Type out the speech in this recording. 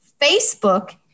Facebook